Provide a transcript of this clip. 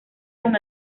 con